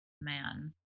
man